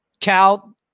Cal